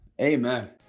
amen